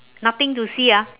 nothing to see ah